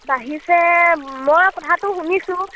বাঢ়িছে মই কথাটো শুনিছোঁ